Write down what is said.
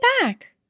back